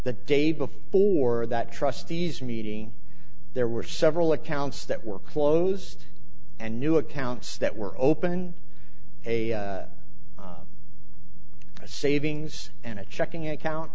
the day before that trustees meeting there were several accounts that were closed and new accounts that were open a savings and a checking account